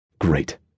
Great